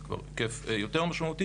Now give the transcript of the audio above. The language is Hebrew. וזה כבר היקף יותר משמעותית,